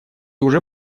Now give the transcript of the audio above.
уже